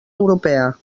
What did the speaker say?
europea